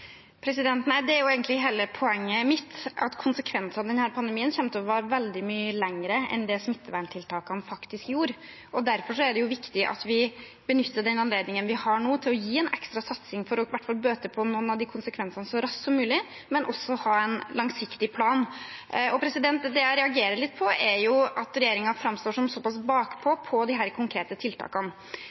Nei, og det er jo egentlig hele poenget mitt, at konsekvensene av denne pandemien kommer til å vare veldig mye lenger enn det smitteverntiltakene har gjort. Derfor er det viktig at vi benytter den anledningen vi har nå, til å gi en ekstra satsing for å bøte på i hvert fall noen av disse konsekvensene så raskt som mulig, men at vi også har en langsiktig plan. Det jeg reagerer litt på, er at regjeringen framstår som såpass bakpå med tanke på disse konkrete tiltakene.